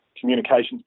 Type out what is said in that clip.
communications